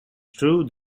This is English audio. true